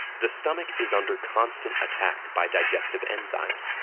the stomach is under constant attack by digestive enzymes,